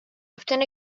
often